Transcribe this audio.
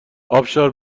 آبشار